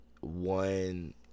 one